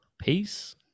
Peace